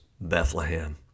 Bethlehem